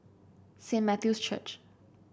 Saint Matthew's Church